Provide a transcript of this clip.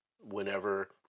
whenever